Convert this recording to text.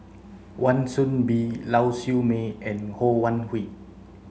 Wan Soon Bee Lau Siew Mei and Ho Wan Hui